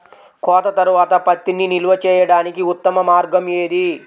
కోత తర్వాత పత్తిని నిల్వ చేయడానికి ఉత్తమ మార్గం ఏది?